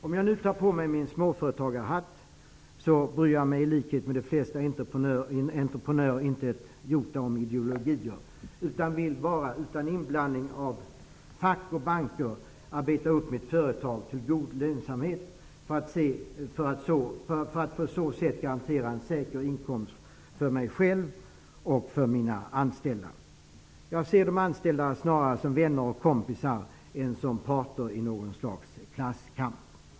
Om jag nu tar på mig min småföretagarhatt bryr jag mig i likhet med de flesta entreprenörer inte ett jota om ideologier. Jag vill bara, utan inblandning av fack och banker, arbeta upp mitt företag till god lönsamhet för att på så sätt garantera en säker inkomst för mig själv och för mina anställda. Jag ser de anställda snarare som vänner och kompisar än som parter i någon slags klasskamp.